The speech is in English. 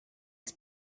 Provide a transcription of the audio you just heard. its